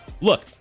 Look